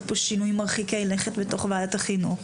פה שינויים מרחיקי-לכת בתוך ועדת החינוך.